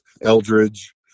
Eldridge